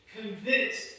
convinced